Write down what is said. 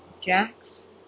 Jax